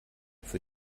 für